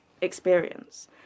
experience